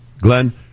Glenn